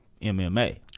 MMA